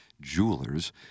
Jewelers